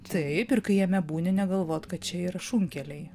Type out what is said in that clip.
taip ir kai jame būni negalvot kad čia yra šunkeliai